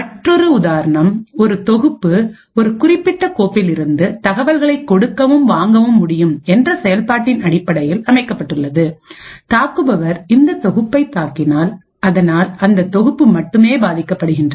மற்றொரு உதாரணம் ஒரு தொகுப்பு ஒரு குறிப்பிட்ட கோப்பிலிருந்து தகவல்களை கொடுக்கவும் வாங்கவும் முடியும் என்ற செயல்பாட்டின் அடிப்படையில் அமைக்கப்பட்டுள்ளது தாக்குபவர் இந்த தொகுப்பை தாக்கினால் அதனால் அந்தத் தொகுப்பு மட்டுமே பாதிக்கப்படுகின்றது